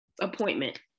appointment